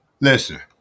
Listen